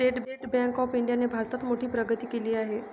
state bank of इंडियाने भारतात मोठी प्रगती केली आहे